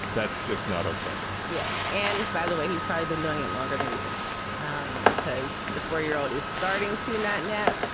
that's just not ok yeah. and by the way, he's probably been doing it longer than you think um because the four year old is starting to not nap.